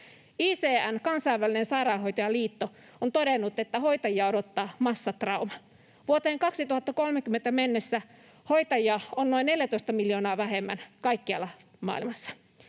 ICN, kansainvälinen sairaanhoitajaliitto, on todennut, että hoitajia odottaa massatrauma. Vuoteen 2030 mennessä hoitajia on noin 14 miljoonaa vähemmän kaikkialla maailmassa.